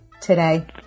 today